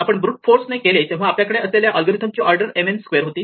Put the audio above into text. आपण ब्रूट फोर्सने केले तेव्हा आपल्याकडे असलेल्या अल्गोरिदमची ऑर्डर mn स्क्वेअर होती